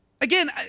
Again